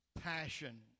passion